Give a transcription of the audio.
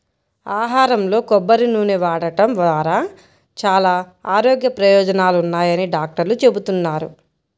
ఆహారంలో కొబ్బరి నూనె వాడటం ద్వారా చాలా ఆరోగ్య ప్రయోజనాలున్నాయని డాక్టర్లు చెబుతున్నారు